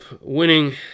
winning